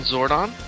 Zordon